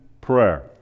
prayer